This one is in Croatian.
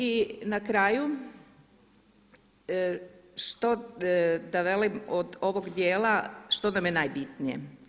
I na kraju, što da velim od ovog djela, što nam je najbitnije.